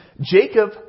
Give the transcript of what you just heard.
Jacob